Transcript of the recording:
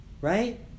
right